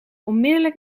onmiddelijk